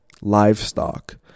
Livestock